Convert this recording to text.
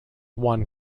one